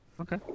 Okay